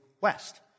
west